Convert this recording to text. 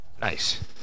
Nice